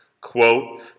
Quote